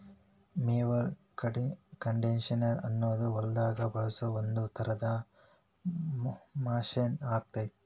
mower conditioner ಅನ್ನೋದು ಹೊಲದಾಗ ಬಳಸೋ ಒಂದ್ ತರದ ಮಷೇನ್ ಆಗೇತಿ